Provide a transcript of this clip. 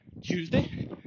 Tuesday